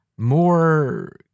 More